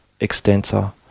extensor